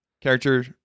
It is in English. character